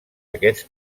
aquests